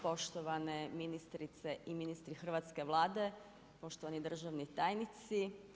Poštovane ministrice i ministri hrvatske Vlade, poštovani državni tajnici.